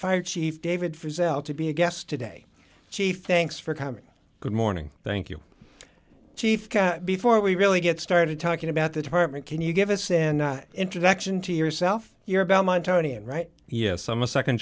fire chief david for zell to be a guest today chief thanks for coming good morning thank you chief before we really get started talking about the department can you give us an introduction to yourself you're about my tony and right yes i'm a